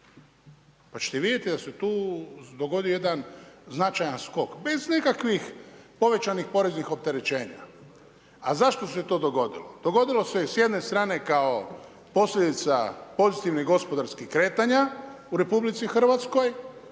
Pa ćete vidjeti da se tu dogodio jedan značajan skok bez nekakvih povećanih poreznih opterećenja. A zašto se to dogodilo? Dogodilo se je s jedne strane kao posljedica pozitivnih gospodarskih kretanja u RH i povećane